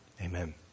Amen